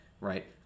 right